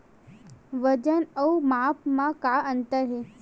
वजन अउ माप म का अंतर हे?